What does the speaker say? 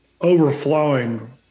overflowing